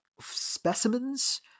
specimens